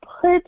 put